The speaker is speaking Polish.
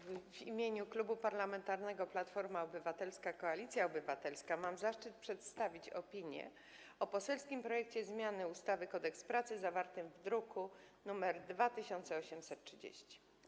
W imieniu Klubu Parlamentarnego Platforma Obywatelska - Koalicja Obywatelska mam zaszczyt przedstawić opinię o poselskim projekcie zmiany ustawy Kodeks pracy, zawartym w druku nr 2830.